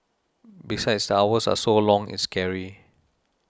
besides the hours are so long it's scary